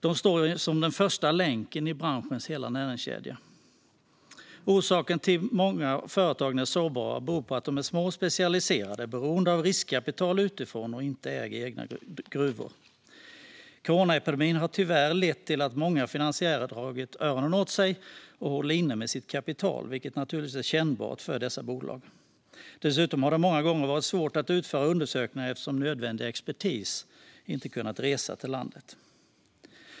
De står som den första länken i branschens hela näringskedja. Orsaken till att många av företagen är sårbara är att de är små och specialiserade, är beroende av riskkapital utifrån och inte äger egna gruvor. Coronaepidemin har tyvärr lett till att många finansiärer dragit öronen åt sig och håller inne med sitt kapital, vilket naturligtvis är kännbart för dessa bolag. Dessutom har det många gånger varit svårt att utföra undersökningar eftersom nödvändig expertis inte har kunnat resa till landet.